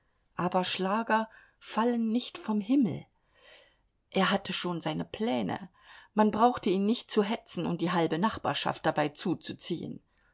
aber schlager fallen nicht vom himmel er hatte schon seine pläne man brauchte ihn nicht zu hetzen und die halbe nachbarschaft dabei zuzuziehen